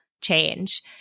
change